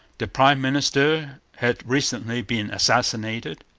the prime minister had recently been assassinated.